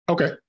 Okay